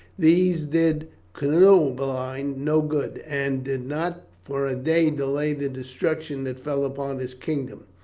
these did cunobeline no good, and did not for a day delay the destruction that fell upon his kingdom.